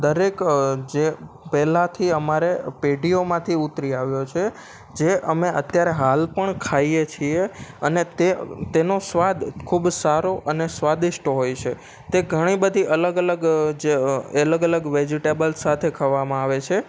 દરેક જે પેલાથી અમારે પેઢીઓમાંથી ઉતરી આવ્યો છે જે અમે અત્યારે હાલ પણ ખાઈએ છીએ અને તે તેનો સ્વાદ ખૂબ સારો અને સ્વાદિષ્ટ હોય છે તે ઘણી બધી અલગ અલગ જે અલગ અલગ વેજીટેબલ સાથે ખાવામાં આવે છે